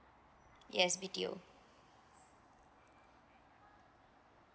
yes B_T_O